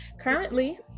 currently